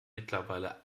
mittlerweile